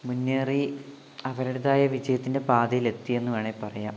മുന്നേറി അവരുടേതായ വിജയത്തിന്റെ പാതയിൽ എത്തി എന്ന് വേണമെങ്കിൽ പറയാം